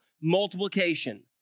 multiplication